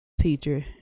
teacher